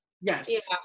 yes